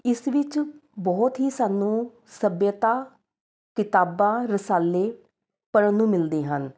ਇਸ ਵਿੱਚ ਬਹੁਤ ਹੀ ਸਾਨੂੰ ਸੱਭਿਅਤਾ ਕਿਤਾਬਾਂ ਰਸਾਲੇ ਪੜ੍ਹਨ ਨੂੰ ਮਿਲਦੇ ਹਨ